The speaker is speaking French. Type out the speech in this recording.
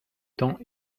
temps